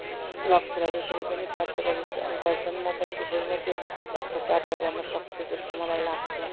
लक्ष्यलाई जसरी पनि प्राप्त गर गर्छन् म पनि त्यसरी नै त्यो लक्ष्य प्राप्त गर्न सक्छु जस्तो मलाई लाग्छ